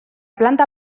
planta